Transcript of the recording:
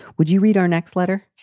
would you read our next letter?